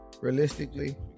realistically